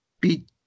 Beat